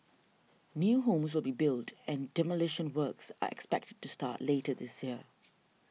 new homes will be built and demolition works are expected to start later this year